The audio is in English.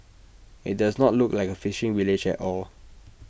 IT does not look like A fishing village at all